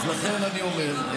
אז לכן אני אומר,